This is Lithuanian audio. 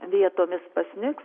vietomis pasnigs